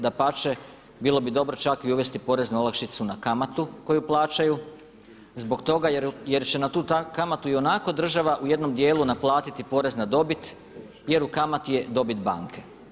Dapače, bilo bi dobro čak i uvesti porezne olakšice na kamatu koju plaćaju zbog toga jer će na tu kamatu ionako država u jednom dijelu naplatiti porez na dobit jer u kamati je dobit banke.